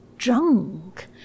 Drunk